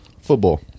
Football